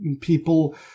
people